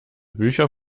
bücher